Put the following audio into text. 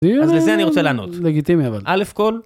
‫אז לזה אני רוצה לענות. ‫-לגיטימי, אבל... ‫א' כל.